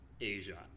Asia